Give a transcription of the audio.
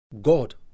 God